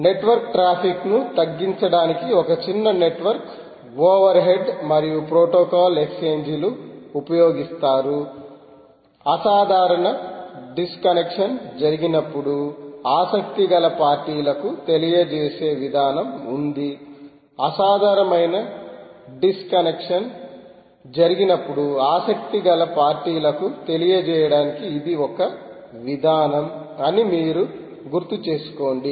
network ట్రాఫిక్ను తగ్గించడానికి ఒక చిన్న నెట్వర్క్ ఓవర్హెడ్ మరియు ప్రోటోకాల్ ఎక్స్ఛేంజీలు ఉపయోగిస్తారు అసాధారణ డిస్కనెక్షన్ జరిగినప్పుడు ఆసక్తిగల పార్టీలకు తెలియజేసే విధానం ఉంధి అసాధారణమైన డిస్కనెక్షన్ జరిగినప్పుడు ఆసక్తిగల పార్టీలకు తెలియజేయడానికి ఇది ఒక విధానం అని మీరు గుర్తు చేసుకోండి